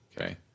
okay